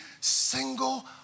single